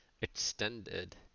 extended